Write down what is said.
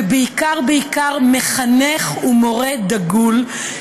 ובעיקר בעיקר מחנך ומורה דגול,